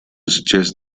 suggest